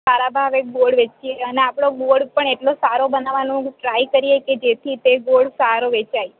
સારા ભાવે ગોળ વેચીએ અને આપણો ગોળ પણ એટલો સારો બનાવવાનો ટ્રાય કરીએ કે જેથી તે ગોળ સારો વેચાય